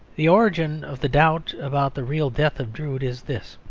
the origin of the doubt about the real death of drood is this.